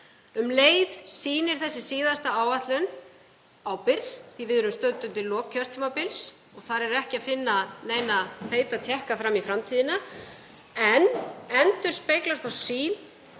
Um leið sýnir þessi síðasta áætlun ábyrgð því að við erum stödd undir lok kjörtímabils og ekki er að finna neina feita tékka fram í framtíðina, en hún endurspeglar þá sýn